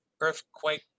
earthquake